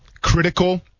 critical